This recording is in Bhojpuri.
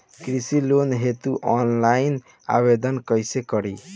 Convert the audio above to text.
कृषि लोन हेतू ऑफलाइन आवेदन कइसे करि?